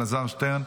אלעזר שטרן,